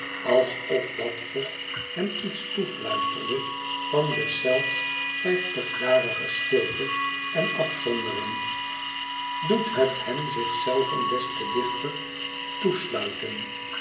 alsof dat vocht hem iets toefluisterde van deszelfs vijftigjarige stilte en afzondering doet het hem zich zelven des te dichter